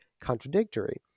contradictory